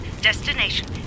destination